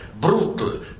brutal